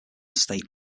state